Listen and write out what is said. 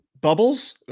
Bubbles